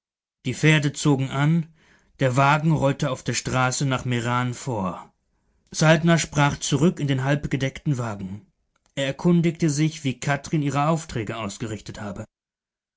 die pferde zogen an der wagen rollte auf der straße nach meran davon saltner sprach zurück in den halbgedeckten wagen er erkundigte sich wie kathrin ihre aufträge ausgerichtet habe